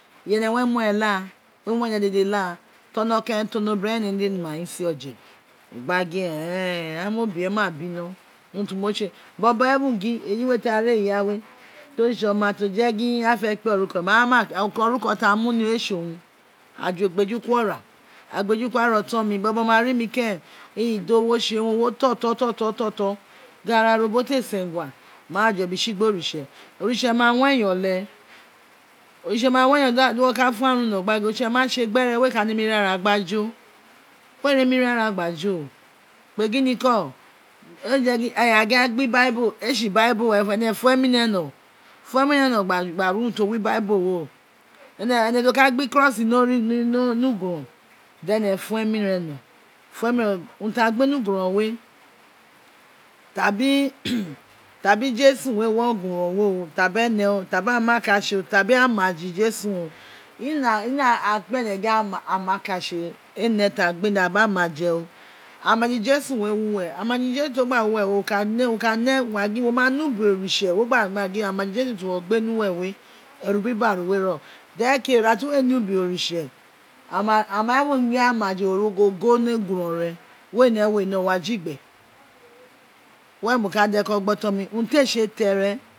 Iyene re mue la da mu ene dede la ti orokeren ti onobiren ee ne ne mai se oje ghan gin ain mo bie maa bino uni ti mo tse bobo even gin eyi we tara eii ya we to tsitsi oma to fe gin aa fe iqse oruko mai a ma onuko ki oruko ti a mu mi ee tse owun a gbe ju kiri ora agha gbe ju kuri ara oton mi bobo ma ri minkeren do wo tse wun o wo toto to to gha ra ro bin o te sengha mai aghan je bi tsi gbe oritse oritse ma wi oyin obe oritse ma wegin di wo ka tun onun no gba gin oritse ma tse gbere wee ka nrun ri ara gba fo wee nemi ri ara gha jo kpe gio niko a gin a gbe ibabo ene fun emi ene noi funemi re no gba ri noun ti owi ibaibo we o ene ti o ka gne ikrosi ni origho ighuron dene emi ene no fun emi anin ti a gbe ni ughuron we tabi tabi josh re wi ugjuron we o tabi ene tabi amakatse o tabi amaje ijesu o a kpene gu amatetese onee tagberi tabi amaje o amaje ijesu re wu uwere amaje ijesu to gba wu uwere we wo ka ne wo ka ne wo wa gi wo ma ne ubi ontse wo ma gin amaje ijesu ti wo abe ni uwere we erubiba ren o dereke ina ti we ne ubi oritse ama even ni amaje origho ogho ni ughuronrr. e re we ne wee ine wo wa ji gbe were mo ka deko gbe oton mi una ti ee tsee tere